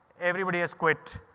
everybody has quit!